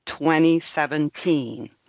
2017